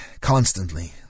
constantly